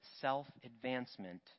self-advancement